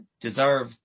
deserve